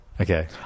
Okay